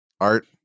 art